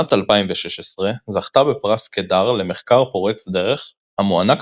בשנת 2016 זכתה בפרס קדר למחקר פורץ דרך המוענק